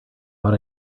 but